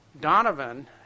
Donovan